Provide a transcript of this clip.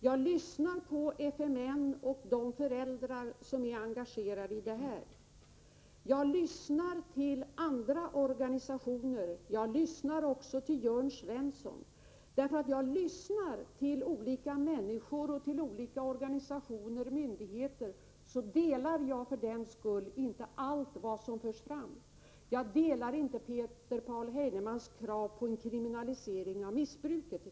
Jag lyssnar till FMN och de föräldrar som är engagerade i detta sammanhang. Jag lyssnar också till andra organisationer, och jag lyssnar till Jörn Svensson. Men att jag lyssnar till människor, organisationer och myndigheter innebär för den skull inte att jag delar alla de uppfattningar som förs fram. Jag delar t.ex. inte Peter Paul Heinemanns krav på en kriminalisering av missbruket.